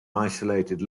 isolated